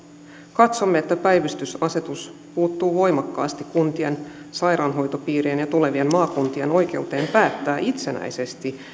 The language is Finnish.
katsomme että päivystysasetus puuttuu voimakkaasti kuntien sairaanhoitopiirien ja tulevien maakuntien oikeuteen päättää itsenäisesti